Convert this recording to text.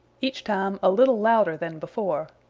each time a little louder than before.